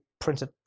printed